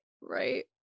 right